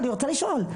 אני רוצה לשאול,